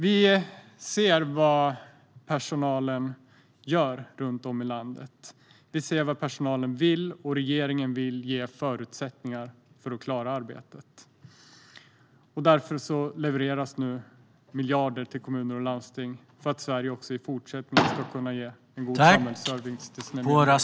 Vi ser vad personalen gör runt om i landet. Vi ser vad personalen vill, och regeringen vill ge förutsättningar för att klara arbetet. Därför levereras nu miljarder till kommuner och landsting för att Sverige också i fortsättningen ska kunna ge god samhällsservice till sina medborgare.